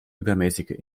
übermäßige